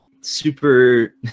super